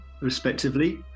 respectively